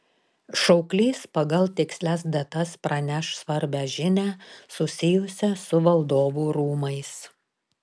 šauklys pagal tikslias datas praneš svarbią žinią susijusią su valdovų rūmais